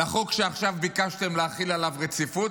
לחוק שעכשיו ביקשתם להחיל עליו רציפות?